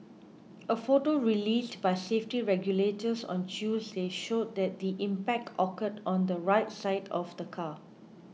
a photo released by safety regulators on Tuesday showed that the impact occurred on the right side of the car